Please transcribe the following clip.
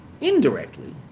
Indirectly